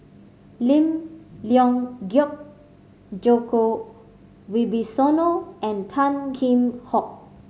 Lim Leong Geok Djoko Wibisono and Tan Kheam Hock